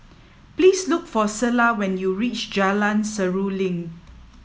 please look for Selah when you reach Jalan Seruling